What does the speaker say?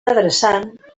adreçant